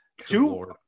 Two